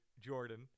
Jordan